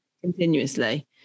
continuously